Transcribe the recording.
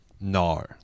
No